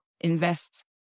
invest